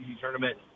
tournament